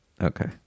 Okay